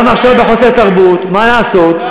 גם בחוסר תרבות, מה לעשות.